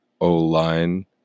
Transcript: O-line